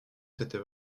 c’était